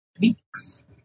weeks